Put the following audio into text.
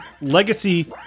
legacy